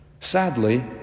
Sadly